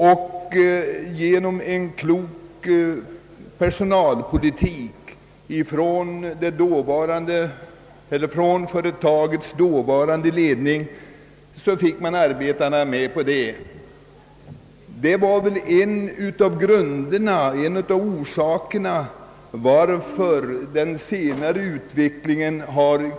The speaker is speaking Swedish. Tack vare en klok personalpolitik av den dåvarande ledningen för företaget gick arbetarna med på att införa sådan drift, och detta var väl en av grundorsakerna till att företaget kunde leva vidare och utvecklas.